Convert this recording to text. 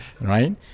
Right